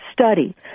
study